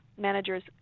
managers